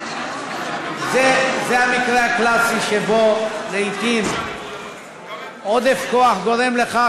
זה המקרה הקלאסי שבו לעתים עודף כוח גורם לכך